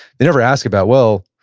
they never ask about, well,